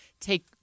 take